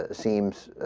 ah seems